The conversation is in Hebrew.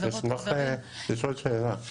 אשמח לשאול שאלה.